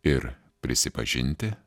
ir prisipažinti